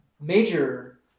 major